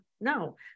No